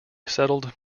settled